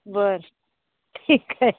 बर ठीक आहे